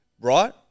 Right